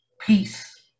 peace